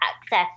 access